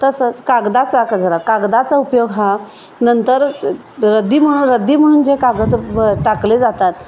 तसंच कागदा चा कजरा कागदाचा उपयोग हा नंतर रद्दी म्हणून रद्दी म्हणून जे कागद टाकले जातात